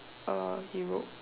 Europe